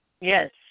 Yes